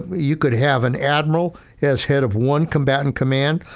you could have an admiral as head of one combatant command,